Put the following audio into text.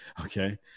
okay